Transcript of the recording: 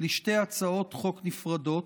לשתי הצעות חוק נפרדות,